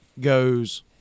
goes